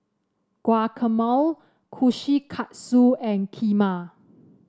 Guacamole Kushikatsu and Kheema